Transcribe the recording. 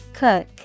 Cook